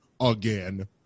again